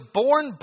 born